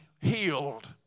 healed